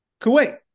Kuwait